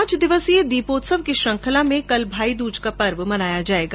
पांच दिवसीय दीपोत्सव की श्रखंला में कल भाईदूज का पर्व मनाया जायेगा